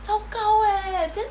糟糕 eh then